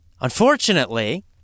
Unfortunately